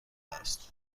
است